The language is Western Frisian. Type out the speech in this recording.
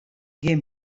gjin